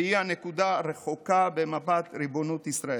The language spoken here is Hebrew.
והיא הנקודה הרחוקה במפת ריבונות ישראל.